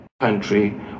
country